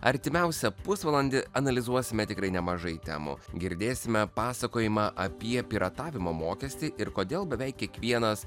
artimiausią pusvalandį analizuosime tikrai nemažai temų girdėsime pasakojimą apie piratavimo mokestį ir kodėl beveik kiekvienas